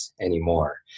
anymore